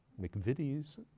McVitie's